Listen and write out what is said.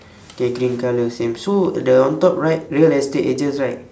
okay green colour same so the on top write real estate agents right